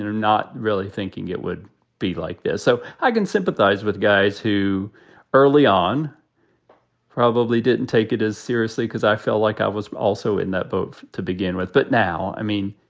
not really thinking it would be like this so i can sympathize with guys who early on probably didn't take it as seriously because i felt like i was also in that both to begin with but now, i mean,